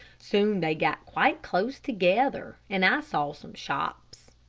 soon they got quite close together, and i saw some shops.